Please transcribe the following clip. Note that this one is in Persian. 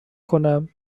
کنم